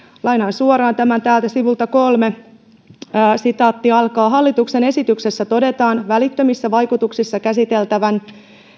lainaan suoraan tämän täältä sivulta kolme hallituksen esityksessä todetaan välittömissä vaikutuksissa käsiteltävän